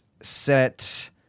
set